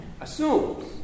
assumes